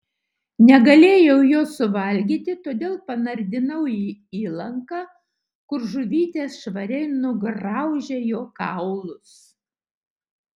negalėjau jo suvalgyti todėl panardinau į įlanką kur žuvytės švariai nugraužė jo kaulus